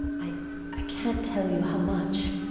i i can't tell you how much.